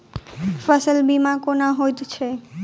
फसल बीमा कोना होइत छै?